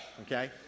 okay